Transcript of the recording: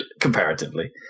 comparatively